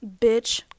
bitch